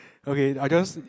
okay I just